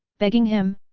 begging him,